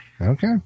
Okay